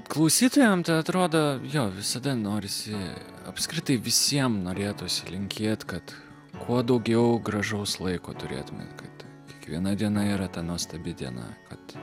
klausytojams atrodo jog visada norisi apskritai visiems norėtųsi linkėti kad kuo daugiau gražaus laiko turėti mano kad kiekviena diena yra ta nuostabi diena kad